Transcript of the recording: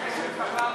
הובלת נפטרים),